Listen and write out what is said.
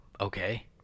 Okay